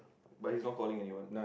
but he's not calling anyone